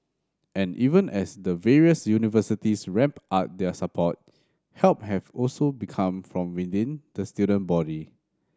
and even as the various universities ramp up their support help has also become from within the student body